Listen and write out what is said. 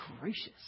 gracious